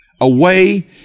away